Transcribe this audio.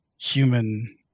human